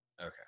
Okay